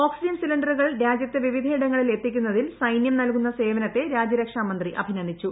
oxygen സിലിണ്ടറുകൾ രാജ്യത്ത് വിവിധയിടങ്ങളിൽ എത്തിക്കുന്നതിൽ സൈന്യം നൽകുന്ന സേവനത്തെ രാജ്യരക്ഷാമന്ത്രി അഭിനന്ദിച്ചു